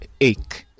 ache